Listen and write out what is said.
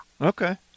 Okay